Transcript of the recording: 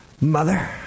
Mother